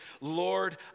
Lord